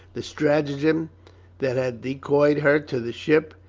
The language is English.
the stratagem that had decoyed her to the ship,